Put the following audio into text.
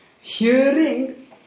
hearing